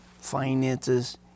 finances